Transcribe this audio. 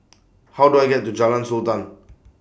How Do I get to Jalan Sultan